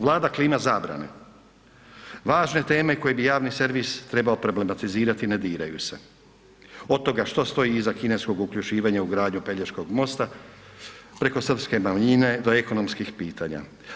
Vlada klima zabrane, važne teme koje bi javni servis trebao problematizirati ne diraju se od toga što stoji iza kineskog uključivanja u gradnju Pelješkog mosta preko Srpske manjine do ekonomskih pitanja.